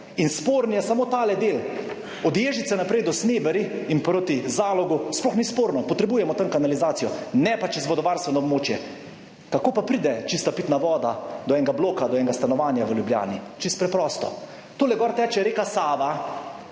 Sporen je samo tale del od Ježice naprej do Sneberij in proti Zalogu, sploh ni sporno, potrebujemo tam kanalizacijo, ne pa čez vodovarstveno območje. Kako pa pride čista pitna voda do enega bloka, do enega stanovanja v Ljubljani? Čisto preprosto. Tule gor teče reka Sava,